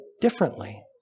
differently